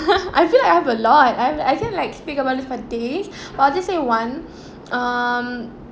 I feel like I have a lot I I feel like speak about this for days but I'll just say one um